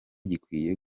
gikwiye